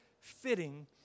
fitting